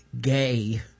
gay